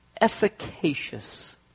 efficacious